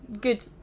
good